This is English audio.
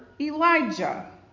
Elijah